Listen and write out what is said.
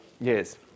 yes